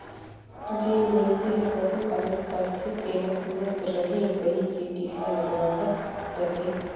जेन मइनसे हर पसु पालन करथे तेला सुवस्थ रहें कहिके टिका लगवावत रथे